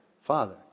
Father